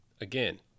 again